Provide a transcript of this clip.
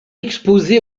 exposée